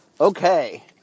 Okay